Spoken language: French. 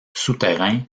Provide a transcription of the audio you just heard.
souterrain